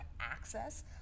access